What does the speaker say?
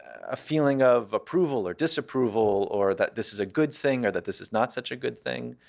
a feeling of approval or disapproval or that this is a good thing or that this is not such a good thing.